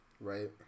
right